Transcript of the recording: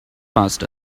passed